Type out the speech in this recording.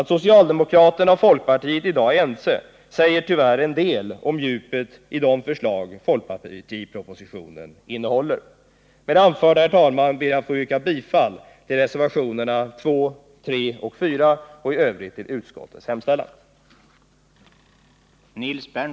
Att socialdemokraterna och folkpartiet i dag är ense säger tyvärr en del om djupet i de förslag folkpartipropositionen innehåller. Med det anförda ber jag, herr talman, att få yrka bifall till reservationerna 2, 3 och 4 och i övrigt bifall till utskottets hemställan.